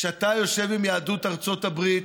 כשאתה יושב עם יהדות ארצות הברית,